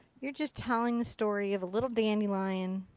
you're just telling the story of a little dandelion.